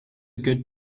good